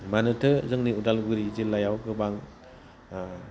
मानोना जोंनि उदालगुरि जिल्लायाव गोबां